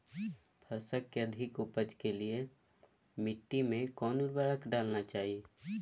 फसल के अधिक उपज के लिए मिट्टी मे कौन उर्वरक डलना चाइए?